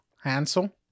Hansel